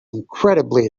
incredibly